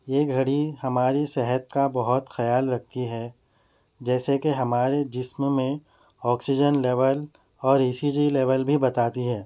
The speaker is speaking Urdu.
یہ گھڑی ہماری صحت کا بہت خیال رکھتی ہے جیسے کہ ہمارے جسم میں آکسیجن لیول اور ای سی جی لیول بھی بتاتی ہے